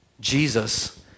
Jesus